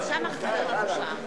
קריאה שנייה וקריאה שלישית.